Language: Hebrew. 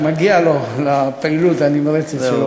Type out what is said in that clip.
מגיע לו על הפעילות הנמרצת שלו בתחום.